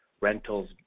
rentals